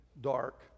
dark